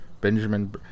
Benjamin